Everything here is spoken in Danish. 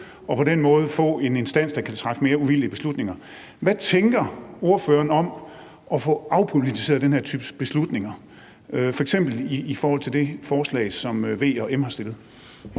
og på den måde få en instans, der kunne træffe mere uvildige beslutninger. Hvad tænker ordføreren om at få afpolitiseret den her type beslutninger, f.eks. i forhold til det forslag, som V og M har stillet?